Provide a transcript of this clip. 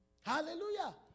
Hallelujah